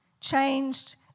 changed